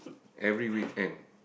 every weekend